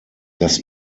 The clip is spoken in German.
das